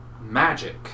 magic